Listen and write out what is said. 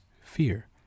fear